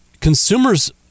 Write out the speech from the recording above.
consumers